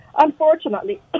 Unfortunately